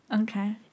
Okay